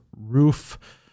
roof